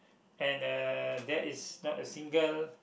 and uh there is not a single